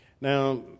Now